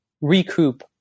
recoup